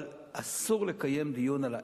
אבל אסור לקיים דיון על ה"איך",